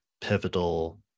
pivotal